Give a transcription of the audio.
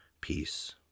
peace